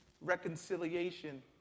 reconciliation